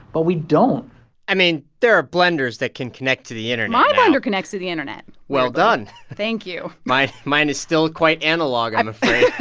but we don't i mean, there are blenders that can connect to the internet now my blender connects to the internet well done thank you my mind is still quite analog, i'm afraid